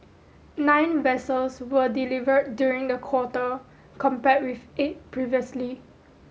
nine vessels were delivered during the quarter compared with eight previously